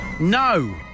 No